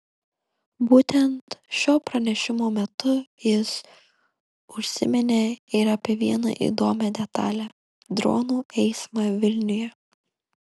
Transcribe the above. būtent šio pranešimo metu jis užsiminė ir apie vieną įdomią detalę dronų eismą vilniuje